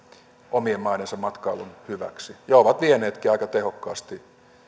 omien maidensa matkailun hyväksi ja ovat vieneetkin aika tehokkaasti